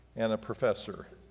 and a professor,